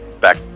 back